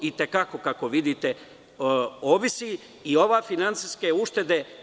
I te kako, kako vidite, ovise i ove finansijske uštede.